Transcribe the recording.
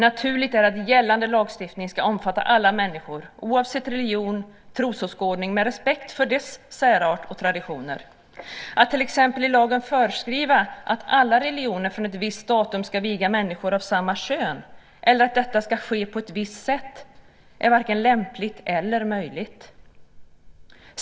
Naturligt är att gällande lagstiftning ska omfatta alla människor, oavsett religion och trosåskådning och med respekt för dess särart och traditioner. Att till exempel i lagen föreskriva att alla religioner från ett visst datum ska viga människor av samma kön eller att detta ska ske på ett visst sätt är varken lämpligt eller möjligt.